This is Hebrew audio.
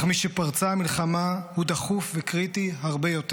אך משפרצה המלחמה הוא דחוף וקריטי הרבה יותר.